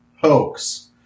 hoax